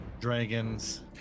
dragons